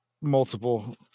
multiple